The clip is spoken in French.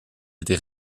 était